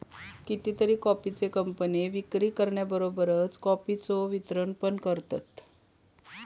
कितीतरी कॉफीचे कंपने विक्री करण्याबरोबरच कॉफीचा वितरण पण करतत